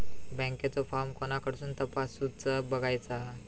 बँकेचो फार्म कोणाकडसून तपासूच बगायचा?